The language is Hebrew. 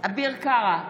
אביר קארה,